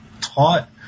taught